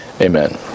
Amen